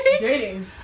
dating